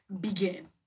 begin